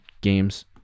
games